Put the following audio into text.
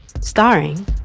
starring